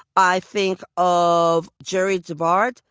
i think of jerri devard.